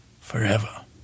forever